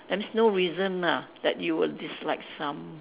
that means no reason lah that you would dislike some